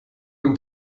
und